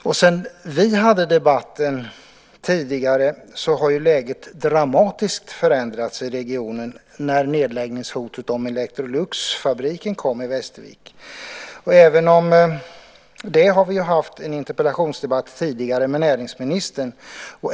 Sedan vi tidigare hade debatten har läget i regionen dramatiskt förändrats i och med att nedläggningshotet vid Electroluxfabriken i Västervik kom. Även om det har vi tidigare haft en interpellationsdebatt med näringsministern.